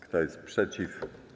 Kto jest przeciw?